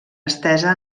estesa